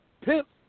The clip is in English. pimps